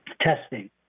testing